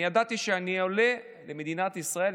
אני ידעתי שאני עולה למדינת ישראל,